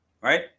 Right